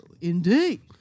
Indeed